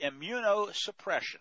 immunosuppression